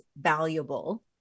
valuable